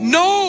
no